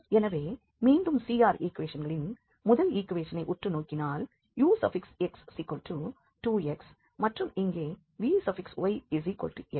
எனவே மீண்டும் CR ஈக்குவேஷன்களின் முதல் ஈக்குவேஷனை உற்று நோக்கினால் ux2x மற்றும் இங்கே vyx